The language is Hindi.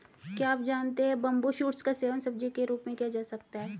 क्या आप जानते है बम्बू शूट्स का सेवन सब्जी के रूप में किया जा सकता है?